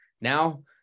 now